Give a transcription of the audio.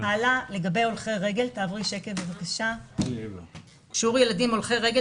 לגבי הולכי רגל שיעור הילדים הולכי רגל,